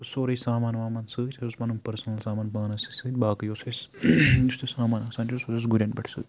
تہٕ سورُے سامان وامان سۭتۍ اوس پَنُن پٔرسٕنَل سامان پانَسٕے سۭتۍ باقٕے اوس اَسہِ یُس تہِ سامان اسان چھُ سُہ اوس گُرٮ۪ن پٮ۪ٹھ سۭتۍ